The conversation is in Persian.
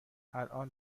الان